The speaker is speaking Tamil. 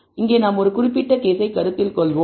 இங்கே நாம் ஒரு குறிப்பிட்ட கேஸை கருத்தில் கொள்வோம்